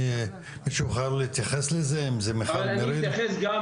מישהו חייב להתייחס לזה --- אני אתייחס גם